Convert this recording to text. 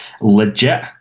legit